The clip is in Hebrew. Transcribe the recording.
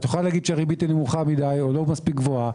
את יכולה לומר שהריבית נמוכה מדי או לא מספיק גבוהה.